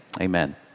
Amen